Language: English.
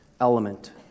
element